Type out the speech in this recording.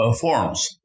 forms